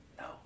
no